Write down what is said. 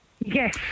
Yes